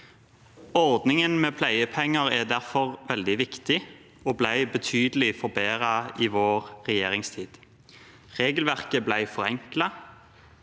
Ordningen med pleiepenger er derfor veldig viktig, og den ble betydelig forbedret i vår regjeringstid. Regelverket ble forenklet.